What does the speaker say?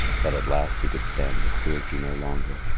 but at last he could stand the cruelty no longer,